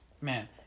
Man